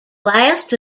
last